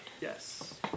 Yes